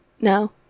No